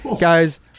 guys